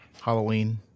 Halloween